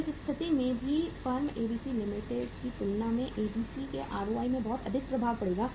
तो इस स्थिति में भी फर्म एबीसी लिमिटेड की तुलना में एबीसी के आरओआई पर बहुत अधिक प्रभाव पड़ेगा